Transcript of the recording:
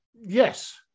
Yes